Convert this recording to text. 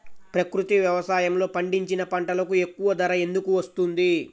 ప్రకృతి వ్యవసాయములో పండించిన పంటలకు ఎక్కువ ధర ఎందుకు వస్తుంది?